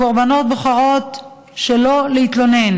הקורבנות בוחרות שלא להתלונן,